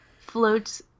floats